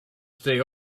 stay